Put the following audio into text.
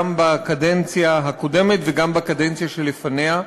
בקדנציה הקודמת וגם בקדנציה שלפניה,